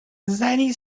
زنی